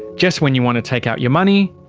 just when you want to take out your money,